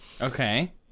Okay